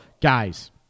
guys